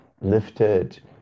lifted